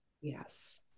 Yes